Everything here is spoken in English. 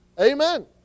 Amen